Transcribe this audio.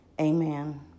Amen